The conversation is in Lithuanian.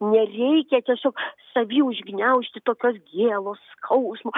nereikia tiesiog savy užgniaužti tokios gėlos skausmo